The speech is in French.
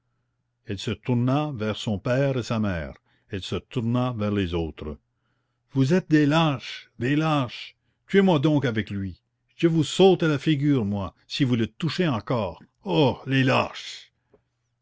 elle se tourna vers son père et sa mère elle se tourna vers les autres vous êtes des lâches des lâches tuez-moi donc avec lui je vous saute à la figure moi si vous le touchez encore oh les lâches